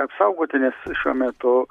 apsaugoti nes šiuo metu